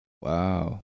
Wow